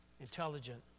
Intelligent